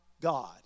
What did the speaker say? God